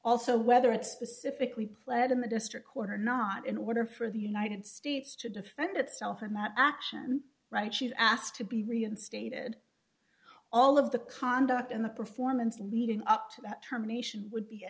also whether it's specifically pled in the district court or not in order for the united states to defend itself and that action right she's asked to be reinstated all of the conduct in the performance leading up to that terminations would be a